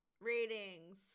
ratings